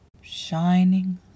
shining